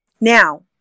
Now